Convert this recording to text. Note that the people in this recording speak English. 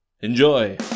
Enjoy